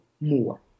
more